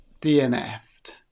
DNF'd